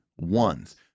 ones